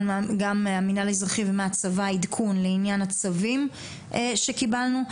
גם מהמינהל האזרחי והצבא עדכון לעניין הצווים שקיבלנו,